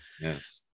Yes